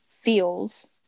feels